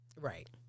Right